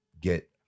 get